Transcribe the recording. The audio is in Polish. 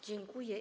Dziękuję.